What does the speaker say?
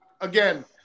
again